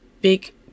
big